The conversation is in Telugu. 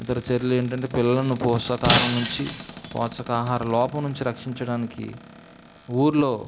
ఇతర చర్యలు ఏంటంటే పిల్లలను పోషకాహారం నుంచి పోషకాహార లోపం నుంచి రక్షించడానికి ఊర్లో